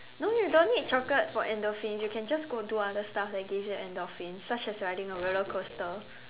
no you don't need chocolate for endorphins you can just go do other stuff that give you endorphins such as riding a roller coaster